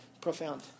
profound